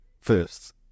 first